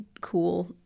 cool